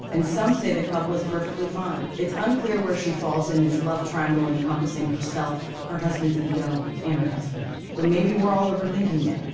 and some say the couple is perfectly fine. it's unclear where she falls in this love triangle encompassing herself, her husband's ego, and her husband. but maybe we're all overthinking it.